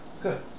Good